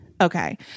Okay